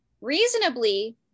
reasonably